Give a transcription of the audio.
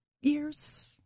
years